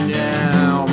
now